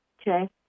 Okay